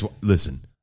listen